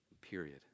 Period